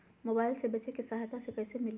Mobile से बेचे में सहायता कईसे मिली?